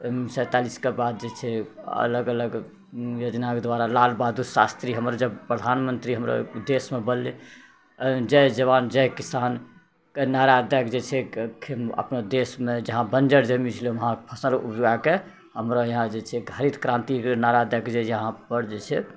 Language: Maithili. सैंतालिसके बाद जे छै अलग अलग योजनाके द्वारा लाल बहदुर शास्त्री हमर जब प्रधानमन्त्री हमरो देशमे बनलै जय जवान जय किसानके नारा दए कऽ जे छै अपना देशमे जहाँ बञ्जर जमीन छलै उहाँ फसल उपजा कऽ हमरो इहाँ जे छै हरित क्रान्ति र नारा दए कऽ इहाँपर जे छै